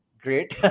great